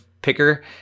Picker